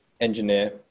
engineer